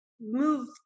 move